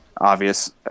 obvious